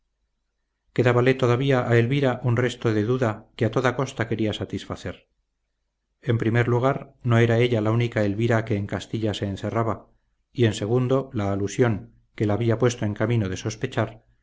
quedábale todavía a elvira un resto de duda que a toda costa quería satisfacer en primer lugar no era ella la única elvira que en castilla se encerraba y en segundo la alusión que la había puesto en camino de sospechar